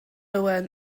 owen